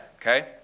Okay